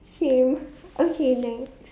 same okay next